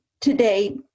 today